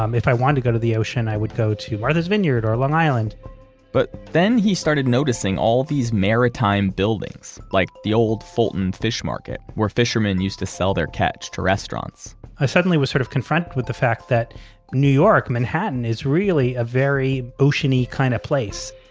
um if i wanted to go to the ocean, i would go to martha's vineyard or long island but then he started noticing all these maritime buildings, like the old fulton fish market, where fishermen used to sell their catch to restaurants i suddenly was sort of confronted with the fact that new york, manhattan is really a very ocean-y kind of place